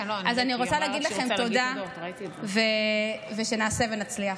אני רוצה להגיד לכם תודה ושנעשה ונצליח.